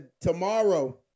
tomorrow